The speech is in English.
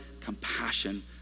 compassion